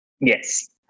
Yes